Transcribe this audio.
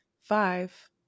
five